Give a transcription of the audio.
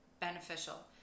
beneficial